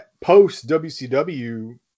post-WCW